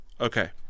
okay